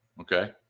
Okay